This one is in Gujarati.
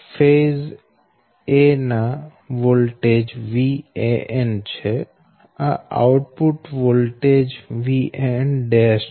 ફેઝ 'a' ના વોલ્ટેજ Van છે આ આઉટપુટ વોલ્ટેજ Van' છે